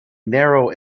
narrow